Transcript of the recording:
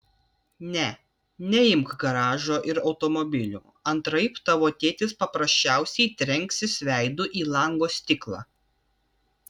ne neimk garažo ir automobilių antraip tavo tėtis paprasčiausiai trenksis veidu į lango stiklą